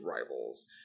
rivals